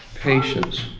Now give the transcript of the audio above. Patience